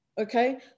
okay